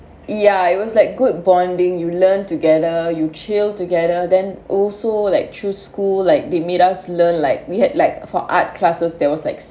ya it was like good bonding you learn together you chill together then also like through school like they made us learn like we had like for art classes there was like